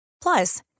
Plus